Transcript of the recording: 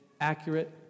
accurate